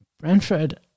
Brentford